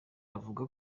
avuga